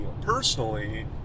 personally